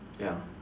ya